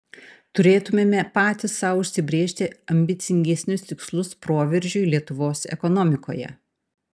turėtumėme patys sau užsibrėžti ambicingesnius tikslus proveržiui lietuvos ekonomikoje